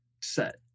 set